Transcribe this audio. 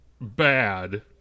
bad